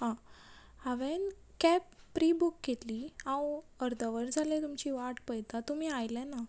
आं हांवेन cab pre book केल्ली हांव अर्द वर जालें तुमची वाट पयता तुमी आयले ना